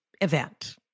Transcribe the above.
event